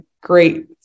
great